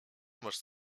masz